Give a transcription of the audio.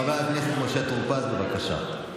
חבר הכנסת משה טור פז, בבקשה.